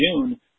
June